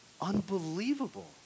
Unbelievable